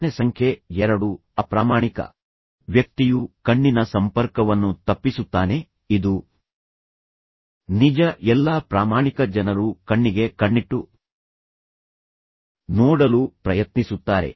ಪ್ರಶ್ನೆ ಸಂಖ್ಯೆ ಎರಡು ಅಪ್ರಾಮಾಣಿಕ ವ್ಯಕ್ತಿಯು ಕಣ್ಣಿನ ಸಂಪರ್ಕವನ್ನು ತಪ್ಪಿಸುತ್ತಾನೆ ಇದು ನಿಜ ಎಲ್ಲಾ ಪ್ರಾಮಾಣಿಕ ಜನರು ಕಣ್ಣಿಗೆ ಕಣ್ಣಿಟ್ಟು ನೋಡಲು ಪ್ರಯತ್ನಿಸುತ್ತಾರೆ